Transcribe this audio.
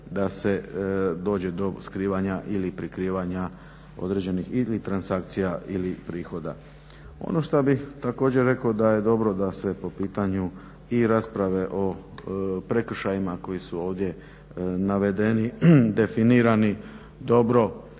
da se dođe do skrivanja ili prikrivanja određenih ili transakcija ili prihoda. Ono što bih također rekao da je dobro da se po pitanju i rasprave o prekršajima koji su ovdje navedeni, definirani, dobro